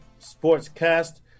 Sportscast